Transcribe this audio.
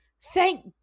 thank